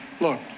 Look